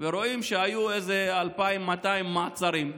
ורואים שהיו איזה 2,200 מעצרים,